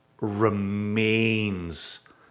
remains